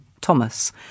Thomas